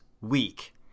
week